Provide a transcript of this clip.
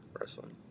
wrestling